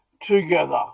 together